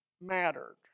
mattered